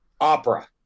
Opera